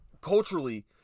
culturally